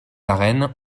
arènes